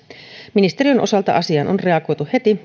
ministeriön osalta asiaan on reagoitu heti